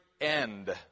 end